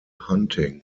hunting